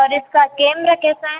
और इसका केमरा कैसा है